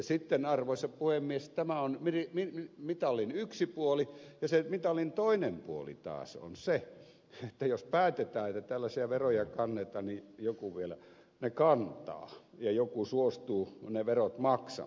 sitten arvoisa puhemies tämä on mitalin yksi puoli ja se mitalin toinen puoli taas on se että jos päätetään että tällaisia veroja kannetaan niin joku vielä ne kantaa ja joku suostuu ne verot maksamaan